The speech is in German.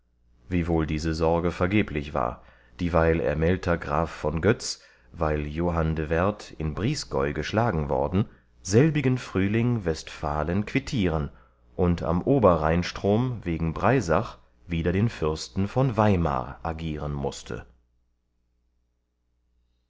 wiewohl diese sorge vergeblich war dieweil ermeldter graf von götz weil johann de werd in brißgäu geschlagen worden selbigen frühling westfalen quittieren und am ober rheinstrom wegen breisach wider den fürsten von weimar agieren mußte